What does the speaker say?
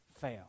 fail